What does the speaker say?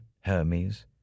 Hermes